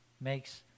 makes